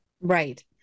Right